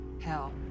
hell